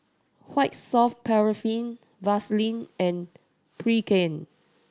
White Soft Paraffin Vaselin and Pregain